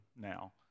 now